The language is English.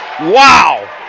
Wow